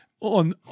on